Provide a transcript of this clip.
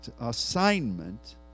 assignment